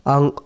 Ang